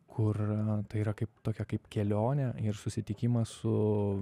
kur tai yra kaip tokia kaip kelionė ir susitikimas su